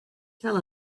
tel